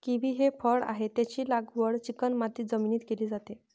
kiwi हे फळ आहे, त्याची लागवड चिकणमाती जमिनीत केली जाते